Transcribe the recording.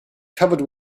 covered